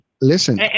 Listen